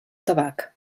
tabac